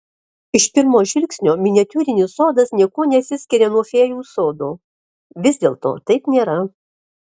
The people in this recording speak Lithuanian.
iš pirmo žvilgsnio miniatiūrinis sodas niekuo nesiskiria nuo fėjų sodo vis dėlto taip nėra